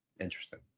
Interesting